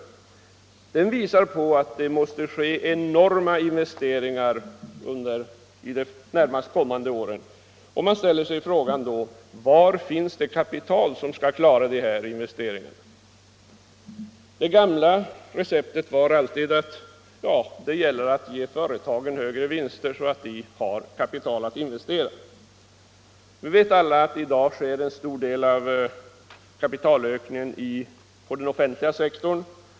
Exemplen visar att enorma investeringar måste ske under de närmast kommande åren, och man ställer sig frågan: Var finns det kapital som kan klara dessa investeringar? Det gamla receptet var alltid att ge företagen högre vinster så att de hade kapital att investera. Nu vet alla att i dag sker en stor del av kapitalökningen inom den offentliga sektorn.